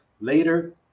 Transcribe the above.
later